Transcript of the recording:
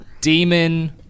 demon